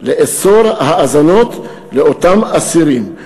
לאסור האזנות לאותם אסירים.